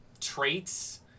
traits